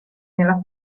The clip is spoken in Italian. nella